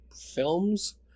films